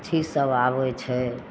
पक्षीसब आबै छै